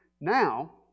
Now